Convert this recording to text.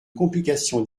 complication